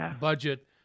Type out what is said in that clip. budget